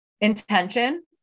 intention